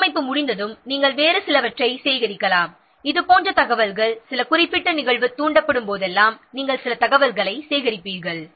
வடிவமைப்பு முடிந்ததும் வேறு சிலவற்றை சேகரிக்கலாம் இது போன்ற தகவல்கள் சில குறிப்பிட்ட நிகழ்வு தூண்டப்படும் போதெல்லாம் சில தகவல்கள் வழக்கமாக சேகரிக்கப்படும்